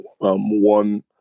one